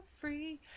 free